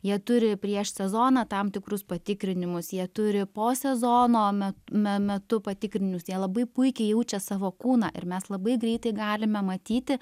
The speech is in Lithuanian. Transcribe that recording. jie turi prieš sezoną tam tikrus patikrinimus jie turi po sezono me me metu patikrinimus jie labai puikiai jaučia savo kūną ir mes labai greitai galime matyti